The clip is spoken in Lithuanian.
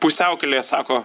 pusiaukelėje sako